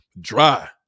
Dry